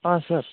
sir